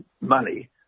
money